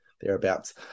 Thereabouts